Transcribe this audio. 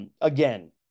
Again